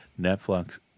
Netflix